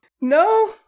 No